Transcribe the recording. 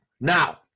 Now